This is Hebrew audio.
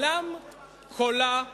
ונאלם קולה כליל.